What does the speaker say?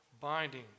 binding